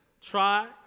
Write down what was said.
try